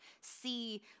see